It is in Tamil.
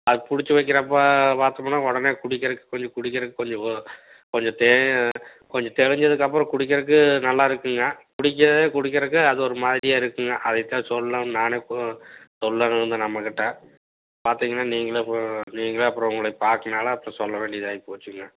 அது பிடிச்சி வைக்கிறப்போ பார்த்தமுன்னா உடனே குடிக்கிறக்கு கொஞ்சம் குடிக்கிறக்கு கொஞ்சம் கொஞ்சம் தேவையான கொஞ்சம் தெளிஞ்சதுக்கப்பறம் குடிக்கிறக்கு நல்லாருக்குங்க குடிக்கறதே குடிக்கிறக்கு அது ஒரு மாதிரியாக இருக்குங்க அதைத் தான் சொல்லுன்னு நானே கு சொல்லணும்ன்னு இருந்தேன் நம்மக்கிட்ட பார்த்திங்கன்னா நீங்களே கூட நீங்களே அப்புறம் உங்களை பார்த்தனால அப்புறம் சொல்ல வேண்டியதாயி போச்சுங்க